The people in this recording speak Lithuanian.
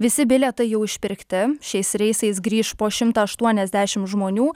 visi bilietai jau išpirkti šiais reisais grįš po šimtą aštuoniasdešimt žmonių